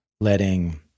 Letting